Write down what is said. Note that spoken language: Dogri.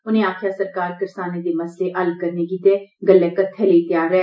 उनें आक्खेआ सरकार करसानें दे मसले हल करने गित्तै गल्लै कत्थे लेई तैयार ऐ